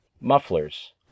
Mufflers